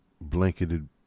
Blanketed